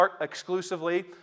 exclusively